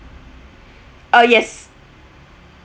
uh yes